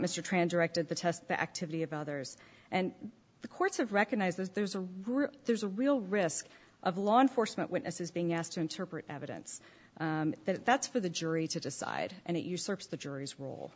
mr transacted the test the activity of others and the courts have recognized as there's a group there's a real risk of law enforcement witnesses being asked to interpret evidence that that's for the jury to decide and it usurps the jury's role